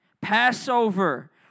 Passover